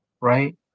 right